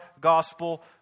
gospel